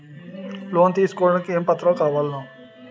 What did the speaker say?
Loan తీసుకోడానికి ఏమేం పత్రాలు కావలెను?